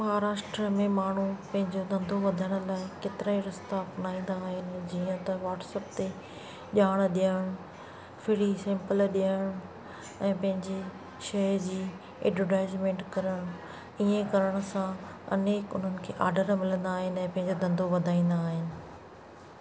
महाराष्ट्र में माण्हू पंहिंजो धंधो वधाइण लाइ केतिरा ई रस्ता अपनाईंदा आहिनि जीअं त वाट्सअप ते ॼाण ॾियणु फ्री सेम्पल ॾियणु ऐं पंहिंजे शइ जी एडोटाइसमेंट करणु ईअं करण सां अनेक हुनन खे ऑडर मिलंदा आहिनि ऐं पंहिंजो धंधो वधाईंदा आहिनि